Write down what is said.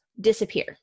disappear